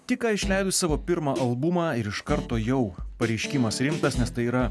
tik ką išleido savo pirmą albumą ir iš karto jau pareiškimas rimtas nes tai yra